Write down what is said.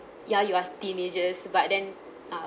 ya you are teenagers but then uh